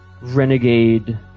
renegade